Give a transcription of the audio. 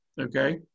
Okay